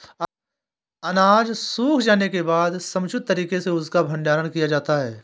अनाज सूख जाने के बाद समुचित तरीके से उसका भंडारण किया जाता है